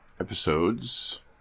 Episodes